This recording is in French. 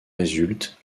résulte